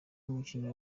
umukinnyi